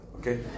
okay